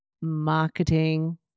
marketing